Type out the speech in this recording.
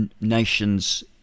nation's